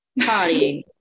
partying